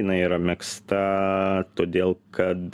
jinai yra megzta todėl kad